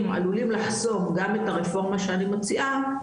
עלולים לחסום גם את הרפורמה שאני מציעה,